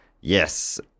Yes